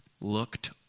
looked